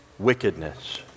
wickedness